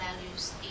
values